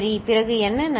பிறகு என்ன நடக்கும்